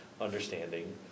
understanding